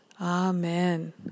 Amen